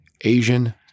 Asian